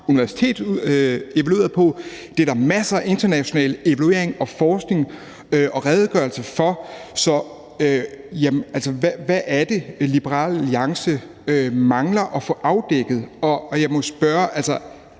Universitet evalueret. Det er der masser af internationale evalueringer af og forskning i og redegørelser for. Så hvad er det, Liberal Alliance mangler at få afdækket? Jeg må spørge: Er